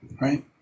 Right